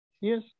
yes